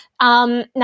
Now